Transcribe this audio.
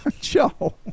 Joe